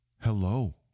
Hello